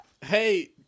Hey